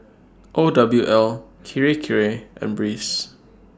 O W L Kirei Kirei and Breeze